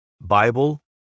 Bible